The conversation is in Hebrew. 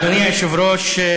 אדוני היושב-ראש,